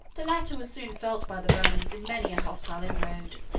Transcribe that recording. the latter was soon felt by the romans in many a hostile inroad.